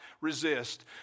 resist